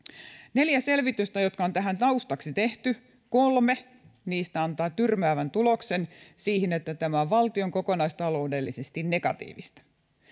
neljästä selvityksestä jotka on tähän taustaksi tehty kolme antaa tyrmäävän tuloksen siitä että tämä on valtiolle kokonaistaloudellisesti negatiivista